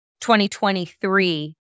2023